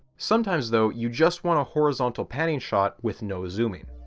sometimes though you just want horizontal panning shot with no zooming,